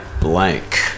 blank